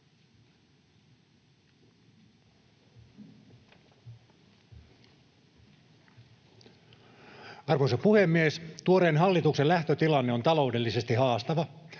Arvoisa puhemies! Tuoreen hallituksen lähtötilanne on taloudellisesti haastava.